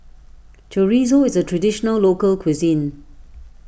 Chorizo is a Traditional Local Cuisine